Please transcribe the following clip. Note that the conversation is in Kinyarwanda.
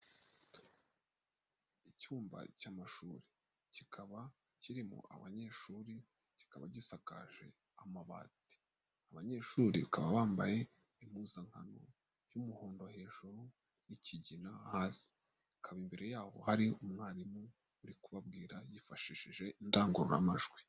Icyumba cy'amashuri kikaba kirimo abanyeshuri kikaba gisakaje amabati, abanyeshuri bakaba bambaye impuzankano y'umuhondo hejuru, y'ikigina hasi, hakaba imbere yabo hari umwarimu uri kubabwira yifashishije indangururamajwi.